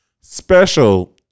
special